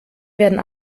werden